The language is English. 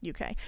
UK